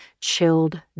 chilled